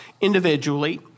individually